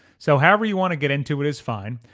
so however you want to get in to it is fine.